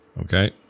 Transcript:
okay